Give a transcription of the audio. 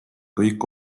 kõik